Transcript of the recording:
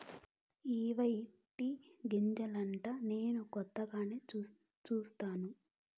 ఇయ్యే టీ గింజలంటా నేను కొత్తగానే సుస్తాను